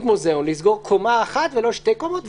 מוזיאון או לסגור קומה אחת ולא שתי קומות.